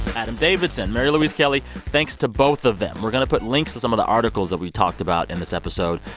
adam davidson, mary louise kelly, thanks to both of them. we're going to put links to some of the articles that we talked about in this episode.